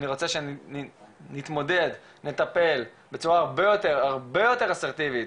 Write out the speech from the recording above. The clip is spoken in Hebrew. אני רוצה שנתמודד ונטפל בצורה הרבה יותר אסרטיבית